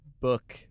book